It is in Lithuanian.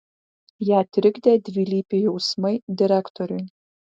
ją trikdė dvilypiai jausmai direktoriui